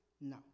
No